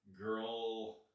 girl